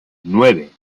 nueve